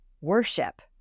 worship